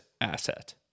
asset